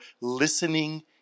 listening